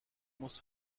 muss